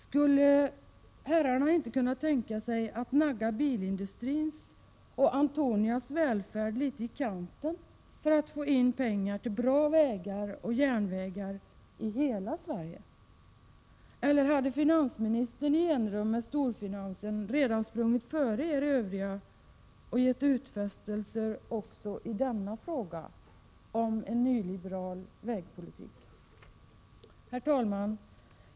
Skulle herrarna inte kunna tänka sig att nagga bilindustrins och Antonia Ax:son Johnsons välfärd litet i kanten för att få in pengar till bra vägar och järnvägar i hela Sverige? Eller hade finansministern i enrum med storfinansen redan sprungit före er övriga och gett utfästelser också i denna fråga om en nyliberal vägpolitik? Herr talman!